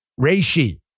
Reishi